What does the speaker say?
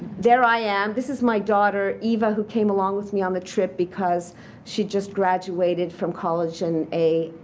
there i am. this is my daughter, eva, who came along with me on the trip because she just graduated from college and, a,